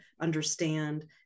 understand